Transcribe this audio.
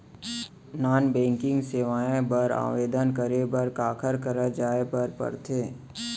non banking सेवाएं बर आवेदन करे बर काखर करा जाए बर परथे